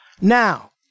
Now